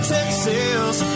Texas